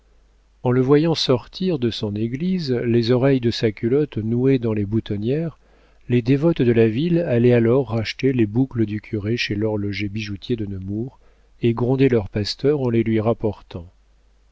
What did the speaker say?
en le voyant sortir de son église les oreilles de sa culotte nouées dans les boutonnières les dévotes de la ville allaient alors chercher les boucles du curé chez lhorloger bijoutier de nemours et grondaient leur pasteur en les lui rapportant